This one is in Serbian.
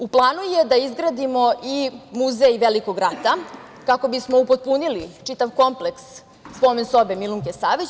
U planu je da izgradimo i muzej Velikog rata, kako bismo upotpunili čitav kompleks spomen-sobe Milunke Savić.